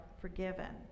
forgiven